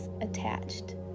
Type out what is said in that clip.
attached